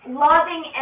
loving